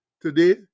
today